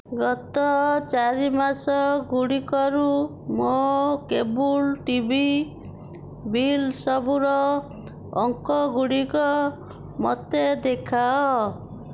ଗତ ଚାରି ମାସଗୁଡ଼ିକରୁ ମୋ କେବୁଲ୍ ଟିଭି ବିଲ୍ ସବୁର ଅଙ୍କଗୁଡ଼ିକ ମୋତେ ଦେଖାଅ